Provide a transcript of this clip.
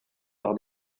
par